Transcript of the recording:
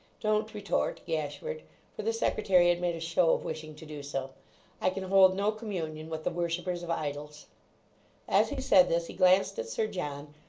don't retort, gashford for the secretary had made a show of wishing to do so i can hold no communion with the worshippers of idols as he said this, he glanced at sir john,